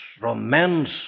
romance